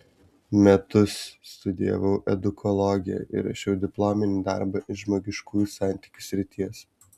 metus studijavau edukologiją ir rašiau diplominį darbą iš žmogiškųjų santykių srities